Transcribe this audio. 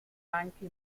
anche